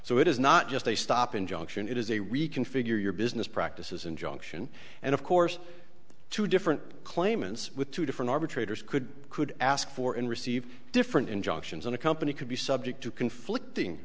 so it is not just a stop injunction it is a reconfigure your business practices injunction and of course two different claimants with two different arbitrators could could ask for and receive different injunctions on a company could be subject to conflicting